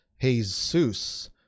jesus